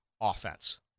offense